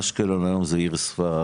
אשקלון היא עיר ספר היום.